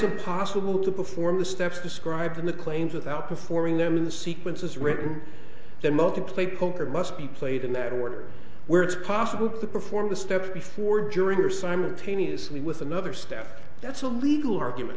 impossible to perform the steps described in the claims without performing them in the sequence as written the moken play poker must be played in that order where it's possible to perform a step before during or simultaneously with another staff that's a legal argument